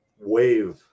wave